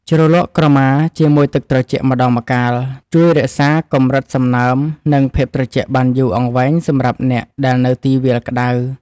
ជ្រលក់ក្រមាជាមួយទឹកត្រជាក់ម្តងម្កាលជួយរក្សាកម្រិតសំណើមនិងភាពត្រជាក់បានយូរអង្វែងសម្រាប់អ្នកដែលនៅទីវាលក្តៅ។